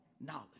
knowledge